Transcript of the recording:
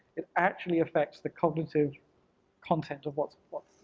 it actually affects the cognitive content of what's